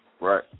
Right